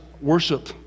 worship